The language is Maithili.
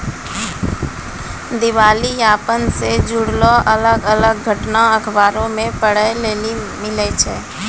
दिबालियापन से जुड़लो अलग अलग घटना अखबारो मे पढ़ै लेली मिलै छै